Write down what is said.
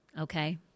okay